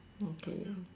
okay